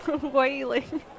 wailing